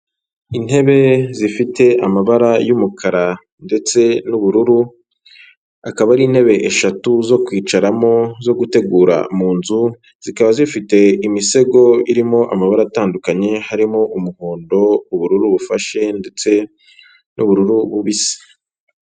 Intebe zifite amabara y'umukara ndetse n'ubururu akaba ari intebe eshatu zo kwicaramo zo gutegura mu nzu, zikaba zifite imisego irimo amabara atandukanye harimo umuhondo ubururu bufashe ndetse n'ubururu bubisi.